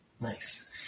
Nice